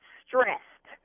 stressed